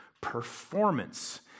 performance